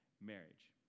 marriage